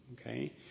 Okay